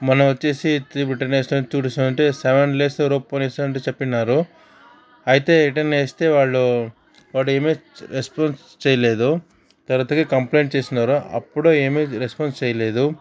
మొన్న వచ్చేసి international tourism అంటే సెవెన్ లేస్ రొప్పో సెవెంటీ అని చెప్పున్నారు అయితే రిటర్న్ వేస్తే వాళ్ళు వాడు ఏమీ రెస్పాన్స్ చేయలేదు తర్వాతకి కంప్లైంట్ చేసినారు అప్పుడు ఏమి రెస్పాన్స్ చేయలేదు